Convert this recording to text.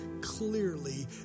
clearly